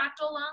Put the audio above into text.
fractal